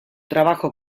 trabajo